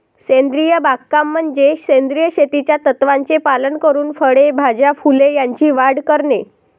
सेंद्रिय बागकाम म्हणजे सेंद्रिय शेतीच्या तत्त्वांचे पालन करून फळे, भाज्या, फुले यांची वाढ करणे